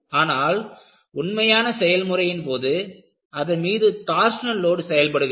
ஆனால் உண்மையான செயல்முறையின் போது அதன் மீது டார்ஷனல் லோடு செயல்படுகிறது